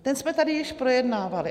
Ten jsme tady již projednávali.